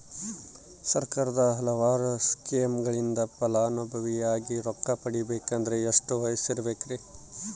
ಸರ್ಕಾರದ ಹಲವಾರು ಸ್ಕೇಮುಗಳಿಂದ ಫಲಾನುಭವಿಯಾಗಿ ರೊಕ್ಕ ಪಡಕೊಬೇಕಂದರೆ ಎಷ್ಟು ವಯಸ್ಸಿರಬೇಕ್ರಿ?